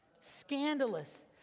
scandalous